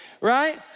right